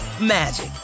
magic